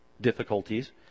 difficulties